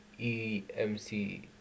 EMC